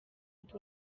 ndi